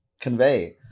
convey